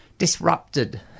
disrupted